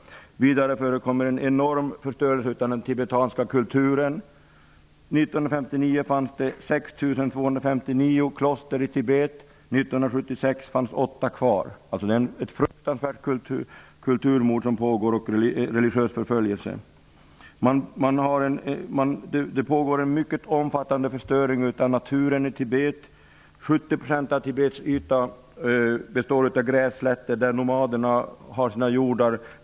Vidare förekommer en enorm förstörelse av den tibetanska kulturen. År 1959 fanns 6 259 kloster i Tibet, och 1976 fanns åtta kvar. Det är alltså ett fruktansvärt kulturmord och religiös förföljelse som pågår. Det pågår en mycket omfattande förstöring av naturen i Tibet. 70 % av Tibets yta består av grässlätter, där nomaderna har sina hjordar.